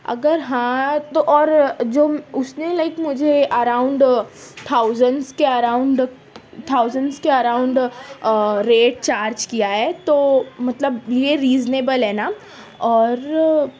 اگر ہاں تو اور جو اس نے لائک مجھے اراؤنڈ تھاؤزینڈز کے اراؤنڈ تھاؤزینڈز کے اراؤنڈ ریٹ چارج کیا ہے تو مطلب یہ ریزنیبل ہے نا اور